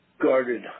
guarded